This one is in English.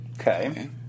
Okay